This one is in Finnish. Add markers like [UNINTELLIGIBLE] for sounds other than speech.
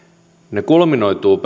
ne kulminoituvat [UNINTELLIGIBLE]